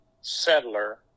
settler